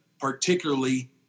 particularly